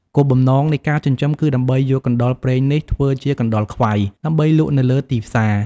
គោលបំណងនៃការចិញ្ចឹមគឺដើម្បីយកកណ្តុរព្រែងនេះធ្វើជាកណ្ដុរខ្វៃ ដើម្បីលក់នៅលើទីផ្សារ។